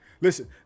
Listen